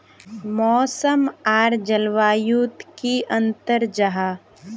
मौसम आर जलवायु युत की अंतर जाहा?